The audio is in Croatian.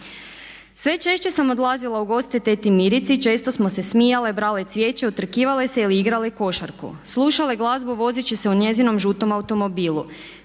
Sve češće sam odlazila u goste teti Mirici, često smo se smijale, brale cvijeće, utrkivale se ili igrale košarku, slušale glazbu vozeći se u njezinom žutom automobilu.